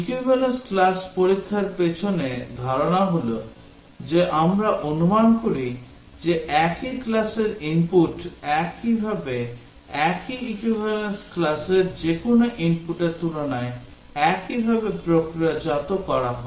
Equivalence class পরীক্ষার পিছনে ধারণা হল যে আমরা অনুমান করি যে একই classর input একইভাবে একই equivalence classর যেকোনো inputর তুলনায় একইভাবে প্রক্রিয়াজাত করা হয়